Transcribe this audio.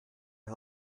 die